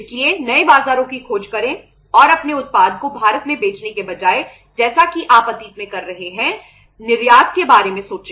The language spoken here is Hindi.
इसलिए नए बाजारों की खोज करें और अपने उत्पाद को भारत में बेचने के बजाय जैसा कि आप अतीत में करते रहे हैं निर्यात करने के बारे में सोचें